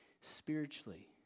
spiritually